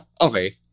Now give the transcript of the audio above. Okay